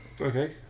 Okay